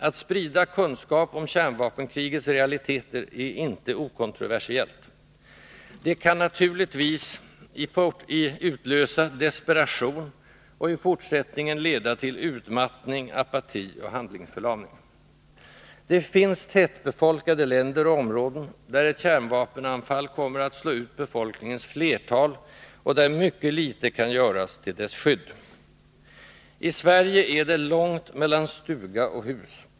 Att sprida kunskap om kärnvapenkrigets realiteter är inte okontroversiellt. Det kan naturligtvis utlösa desperation och i fortsättningen initiativ för att skapa en kärnvapenfri zon i Europa leda till utmattning, apati och handlingsförlamning. Det finns tättbefolkade länder och områden, där ett kärnvapenanfall kommer att slå ut befolkningens flertal och där mycket litet kan göras till dess skydd. I Sverige är det långt mellan stuga och hus.